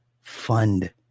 fund